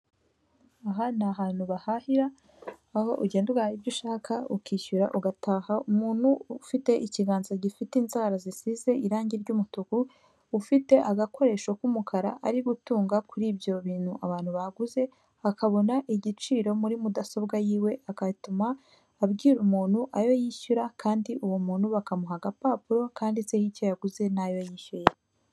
Aha ni ahantu bahahira aho ugendera ugahahaibyo ushaka ukishyura ugataha, umuntu ufite ikiganza gifite inzara zisize irangi ry'umutuku ufite agakoresho k'umukara ari gutunga kuri ibyo bintu abantu baguze akabona igiciro muri mudasobwa yiwe agatuma abwira umuntu ayo yishyura kandi uwo muntu bakamuha agapapuro kanditseho icyo yaguze n'ayo yishyuye.